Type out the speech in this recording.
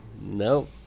Nope